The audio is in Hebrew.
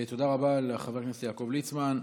תודה רבה לחבר הכנסת יעקב ליצמן.